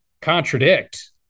contradict